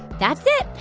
that's it.